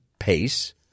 pace